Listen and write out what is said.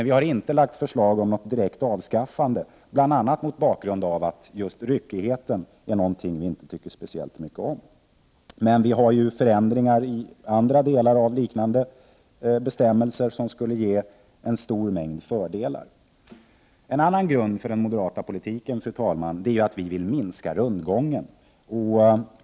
Vi har emellertid inte lagt fram något direkt förslag om ett upphävande av detta beslut, bl.a. på grund av att just ryckigheten är någonting som vi inte tycker speciellt mycket om. Vi har emellertid föreslagit förändringar av andra liknande bestämmelser, förändringar som skulle ge en stor mängd fördelar. Fru talman! En annan grund för den moderata politiken är att vi vill minska rundgången.